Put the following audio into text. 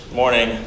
morning